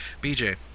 BJ